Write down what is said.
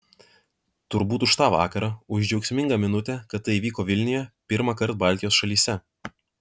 turbūt už tą vakarą už džiaugsmingą minutę kad tai įvyko vilniuje pirmąkart baltijos šalyse